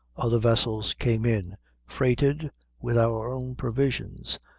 other vessels came in freighted with our own provisions,